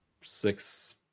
six